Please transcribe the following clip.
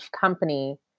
company